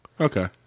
Okay